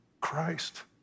Christ